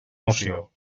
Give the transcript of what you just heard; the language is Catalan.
moció